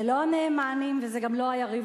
זה לא נאמנים וזה גם לא יריב-לוינים.